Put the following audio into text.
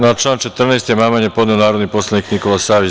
Na član 14. amandman je podneo narodni poslanik Nikola Savić.